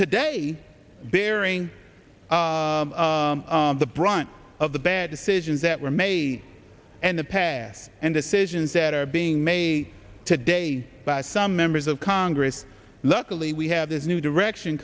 today bearing the brunt of the bad decisions that were made and the path and decisions that are being made today by some members of congress luckily we have this new direction